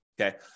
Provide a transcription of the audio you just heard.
Okay